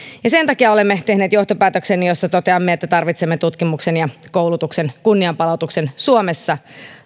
sen takia olemme tehneet johtopäätöksen jossa toteamme että tarvitsemme tutkimuksen ja koulutuksen kunnianpalautuksen suomessa